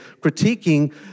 critiquing